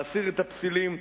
להסיר את הפסילים,